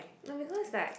no because like